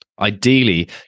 Ideally